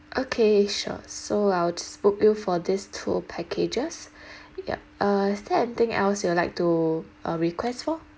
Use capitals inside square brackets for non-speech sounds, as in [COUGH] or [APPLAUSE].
okay sure so I will just book you for this tour packages [BREATH] yup uh is there anything else you'd like to uh request for